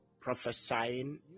prophesying